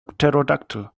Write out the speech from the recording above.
pterodactyl